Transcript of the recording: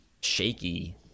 shaky